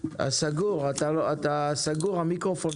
פרטני, ואני אוודא את זה שיהיה ליווי פרטני.